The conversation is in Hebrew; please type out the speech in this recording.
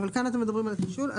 בסעיף הזה?